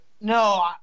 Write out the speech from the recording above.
No